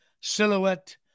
Silhouette